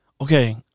Okay